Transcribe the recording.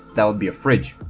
that would be a fridge.